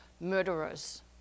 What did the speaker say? murderers